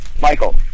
Michael